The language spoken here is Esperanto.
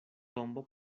tombo